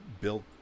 built